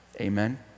Amen